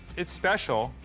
it's special,